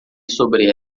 sobre